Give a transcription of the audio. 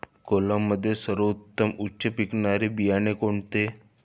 कोलममध्ये सर्वोत्तम उच्च पिकणारे बियाणे कोणते?